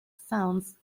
sounds